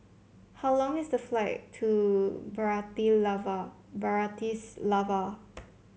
how long is the flight to Bratislava